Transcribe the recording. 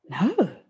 No